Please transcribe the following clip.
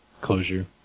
closure